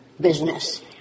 business